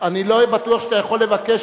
אני לא בטוח שאתה יכול לבקש,